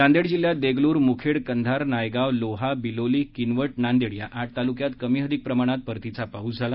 नांदेड जिल्ह्यात देगलूर मुखेड कंधार नायगाव लोहा बिलोली किनवट नांदेड या आठ तालूक्यात कमी अधिक प्रमाणात परतीचा पाऊस झाला